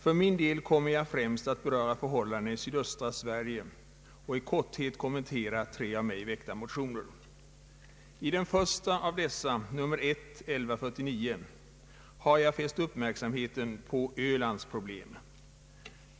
För min del kommer jag främst att beröra förhållandena i sydöstra Sverige och i korthet kommentera tre av mig väckta motioner. I den första av dessa motioner, nr I: 1149, har jag fäst uppmärksamheten på Ölands problem.